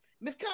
Miss